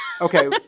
Okay